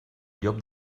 llop